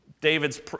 David's